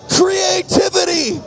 creativity